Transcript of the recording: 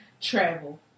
Travel